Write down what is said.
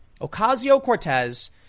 Ocasio-Cortez